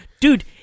Dude